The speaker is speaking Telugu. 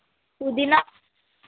పుదీనా